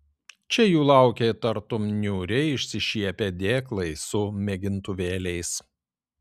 čia jų laukė tartum niūriai išsišiepę dėklai su mėgintuvėliais